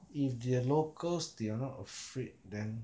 if the locals they are not afraid then